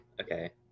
okay